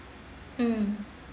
mm